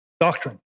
doctrine